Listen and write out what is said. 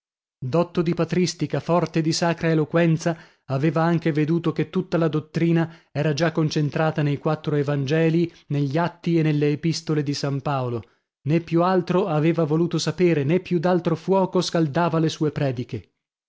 dotto di patristica forte di sacra eloquenza aveva anche veduto che tutta la dottrina era già concentrata nei quattro evangelii negli atti e nelle epistole di san paolo nè più altro aveva voluto sapere nè più d'altro fuoco scaldava le sue prediche